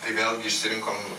tai vėlgi išsirinkom